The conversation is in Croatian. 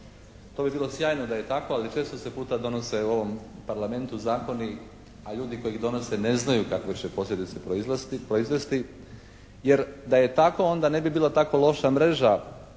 To bi bilo sjajno da je tako, ali često se puta donose u ovom Parlamentu zakoni, a ljudi koji ih donose ne znaju kakve će posljedice proizvesti. Jer da je tako onda ne bi bila tako loša mreža